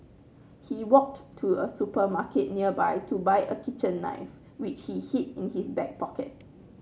he walked to a supermarket nearby to buy a kitchen knife which he hid in his back pocket